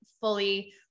fully